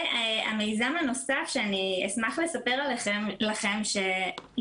המיזם הנוסף שאני אשמח לספר לכם שהצלחנו